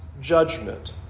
judgment